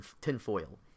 tinfoil